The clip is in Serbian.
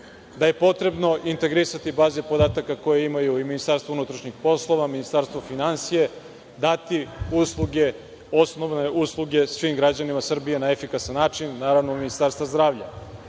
da je potrebno integrisati baze podataka koje imaju Ministarstvo unutrašnjih poslova, Ministarstvo finansija; dati usluge, osnovne usluge, svim građanima Srbije na efikasan način, naravno, Ministarstvo zdravlja. Mi